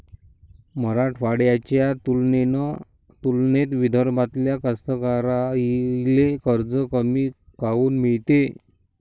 मराठवाड्याच्या तुलनेत विदर्भातल्या कास्तकाराइले कर्ज कमी काऊन मिळते?